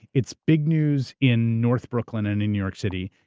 it's big news in north brooklyn and in new york city.